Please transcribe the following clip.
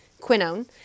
quinone